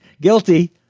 guilty